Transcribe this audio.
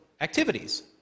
activities